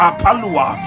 Apalua